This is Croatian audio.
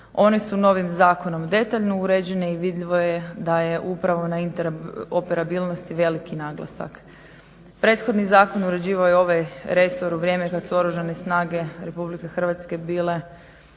One su novim zakonom detaljno uređene i vidljivo je da je upravo na interoperabilnosti veliki naglasak. Prethodni zakon uređivao je ovaj resor u vrijeme kad su Oružane snage RH bile